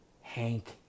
Hank